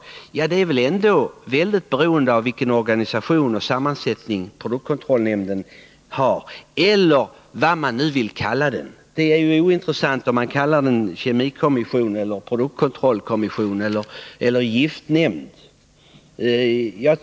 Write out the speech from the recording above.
Allt detta är ju väldigt beroende av vilken organisation och sammansättning produktkontrollmyndigheten har. Det är ointressant om man sedan vill kalla den kemikommission, produktkontrollkommission eller giftnämnd.